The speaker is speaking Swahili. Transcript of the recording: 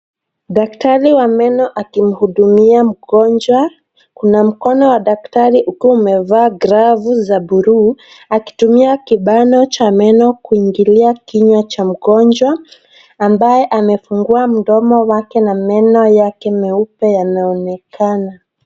Daktari wa meno akimhudumia mgonjwa. Kuna mkono wa daktari ukiwa umevalaa glavu za buluu akitumia kibana cha meno kuingilia kinywa cha mgonjwa ambaye amefungua mdomo wake na meno yake meupe yanaonekana.